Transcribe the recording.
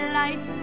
life